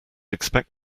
expect